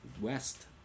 west